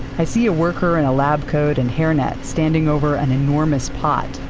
i see a worker in a lab coat and hairnet standing over an enormous pot,